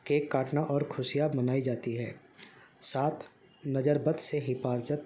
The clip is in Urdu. کیک کاٹنا اور خوشیاں منائی جاتی ہے سات نظر بد سے حفاظت